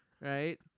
right